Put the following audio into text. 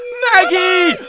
maggie!